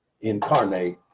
incarnate